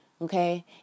okay